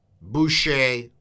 Boucher